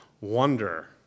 wonder